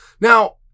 Now